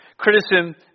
Criticism